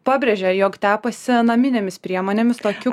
pabrėžia jog tepasi naminėmis priemonėmis tokių